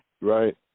Right